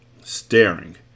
staring